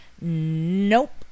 Nope